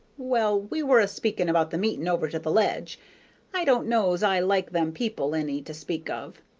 well, we were a-speaking about the meeting over to the ledge i don't know's i like them people any to speak of.